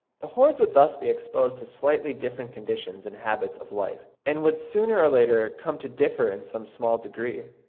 the hordes would thus be exposed to slightly different conditions and habits of life, and would sooner or later come to differ in some small degree.